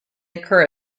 occur